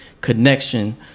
connection